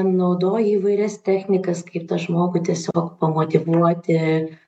naudoji įvairias technikas kaip tą žmogų tiesiog pamotyvuoti